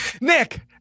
Nick